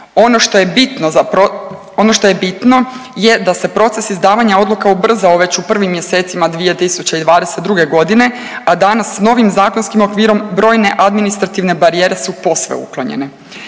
ono što je bitno je da se proces izdavanja odluka ubrzao već u prvim mjesecima 2022., a danas s novim zakonskim okvirom brojne administrativne barijere su posve uklonjene.